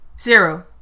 Zero